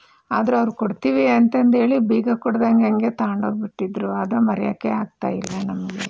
ಆದರೆ ಅವರು ಕೊಡ್ತೀವಿ ಅಂತಂಧೇಳಿ ಬೀಗ ಕೊಡದಂಗೆ ಹಾಗೇ ತಗಂಡೋಗ್ಬಿಟ್ಟಿದ್ರು ಅದು ಮರೆಯೋಕ್ಕೆ ಆಗ್ತಾಯಿಲ್ಲ ನಮಗೆ